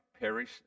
perish